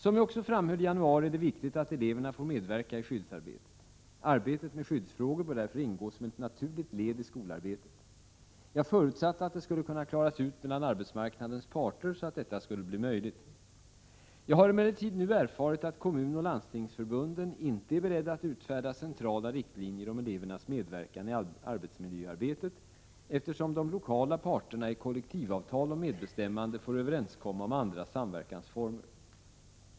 Som jag också framhöll i januari är det viktigt att eleverna får medverka i skyddsarbetet. Arbetet med skyddsfrågor bör därför ingå som ett naturligt led i skolarbetet. Jag förutsatte att det skulle kunna klaras ut mellan arbetsmarknadens parter så att detta skulle bli möjligt. Jag har emellertid nu erfarit att kommunoch landstingsförbunden inte är beredda att utfärda centrala riktlinjer om elevernas medverkan i arbetsmiljöarbetet, eftersom de lokala parterna i kollektivavtal om medbestämmande får överenskomma om andra samverkansformer.